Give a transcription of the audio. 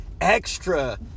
extra